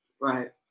Right